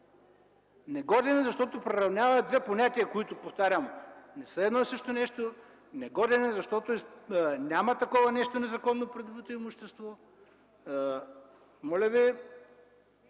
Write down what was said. Негоден, защото приравнява две понятия, които, повтарям, не са едно и също нещо. Негоден е, защото няма такова нещо – незаконно придобито имущество. Не знам